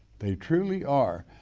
they truly are.